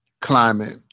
climate